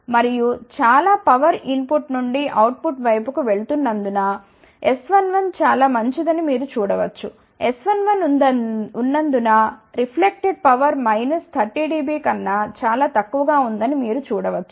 మరియు చాలా power input నుండి అవుట్ పుట్ వైపుకు వెళుతున్నందున S11 చాలా మంచిదని మీరు చూడ వచ్చు S11 ఉన్నందున రిఫ్లెక్టెడ్ పవర్ మైనస్ 30 dB కన్నా చాలా తక్కువగా ఉందని మీరు చూడ వచ్చు